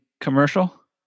commercial